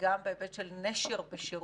וגם בהיבט של נשר בשירות,